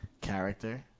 character